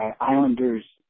Islanders